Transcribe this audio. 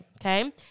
okay